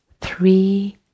three